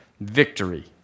victory